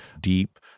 deep